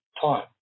time